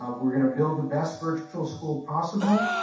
ah we're gonna build the best virtual school possible.